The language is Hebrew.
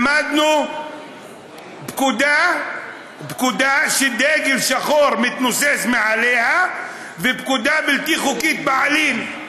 למדנו פקודה שדגל שחור מתנוסס מעליה ופקודה בלתי חוקית בעליל.